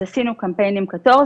אז עשינו קמפיין עם קטורזה.